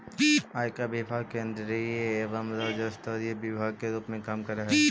आयकर विभाग केंद्रीय एवं राज्य स्तरीय विभाग के रूप में काम करऽ हई